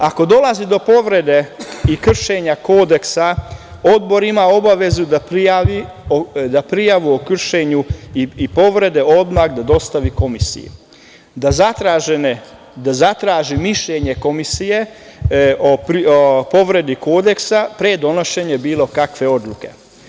Ako dolazi do povrede i kršenja Kodeksa, odbor ima obavezu da prijavu o kršenju i povrede odmah dostavi komisiji, da zatraži mišljenje komisije o povredi Kodeksa, pre donošenja bilo kakve odluke.